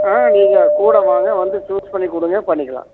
ஆ நீங்கள் கூட வாங்க வந்து சூஸ் பண்ணி கொடுங்க பண்ணிக்கலாம்